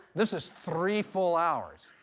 this is three full hours.